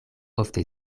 ofte